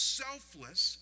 selfless